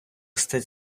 стать